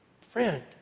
Friend